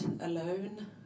alone